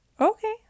Okay